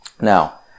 Now